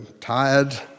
tired